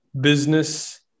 business